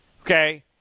okay